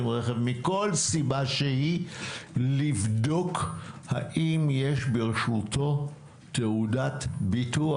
רכב מכל סיבה שהיא לבדוק האם יש ברשותו תעודת ביטוח.